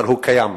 אבל קיים.